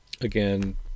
again